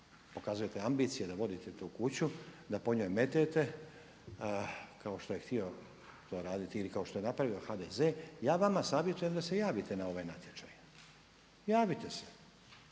pokazujete ambicije da vodite tu kuću, da po njoj metete kao što je htio to raditi ili kao što je napravio HDZ ja vama savjetujem da se javite na ovaj natječaj. Javite se,